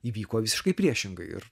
įvyko visiškai priešingai ir